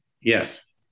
Yes